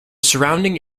surrounding